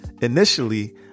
Initially